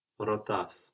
Rotas